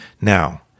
Now